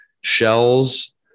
Shells